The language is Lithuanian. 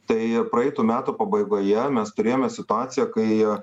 tai praeitų metų pabaigoje mes turėjome situaciją kai